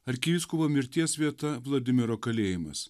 arkivyskupo mirties vieta vladimiro kalėjimas